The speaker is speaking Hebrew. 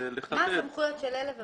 מה הסמכויות של אלה ומה הסמכויות של אלה?